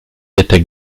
attaque